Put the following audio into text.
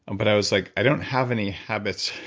and but i was like, i don't have any habits.